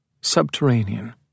subterranean